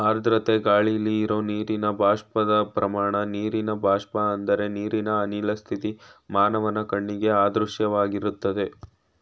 ಆರ್ದ್ರತೆ ಗಾಳಿಲಿ ಇರೋ ನೀರಿನ ಬಾಷ್ಪದ ಪ್ರಮಾಣ ನೀರಿನ ಬಾಷ್ಪ ಅಂದ್ರೆ ನೀರಿನ ಅನಿಲ ಸ್ಥಿತಿ ಮಾನವನ ಕಣ್ಣಿಗೆ ಅದೃಶ್ಯವಾಗಿರ್ತದೆ